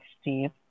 Steve